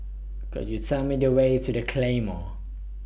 Could YOU Tell Me The Way to The Claymore